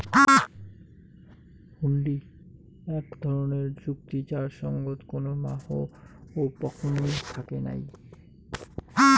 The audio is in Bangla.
হুন্ডি আক ধরণের চুক্তি যার সঙ্গত কোনো মাহও পকনী থাকে নাই